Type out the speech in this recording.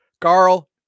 Carl